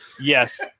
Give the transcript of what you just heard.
Yes